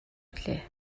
билээ